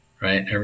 right